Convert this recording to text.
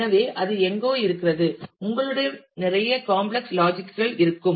எனவே அது எங்கோ இருக்கிறது உங்களிடம் நிறைய காம்ப்ளக்ஸ் லாஜிக் கள் இருக்கும்